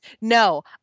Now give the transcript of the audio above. No